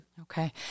Okay